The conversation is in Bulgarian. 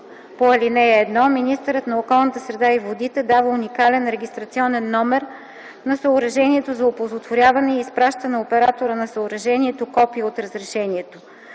по ал. 1 министърът на околната среда и водите дава уникален регистрационен номер на съоръжението за оползотворяване и изпраща на оператора на съоръжението копие от разрешението.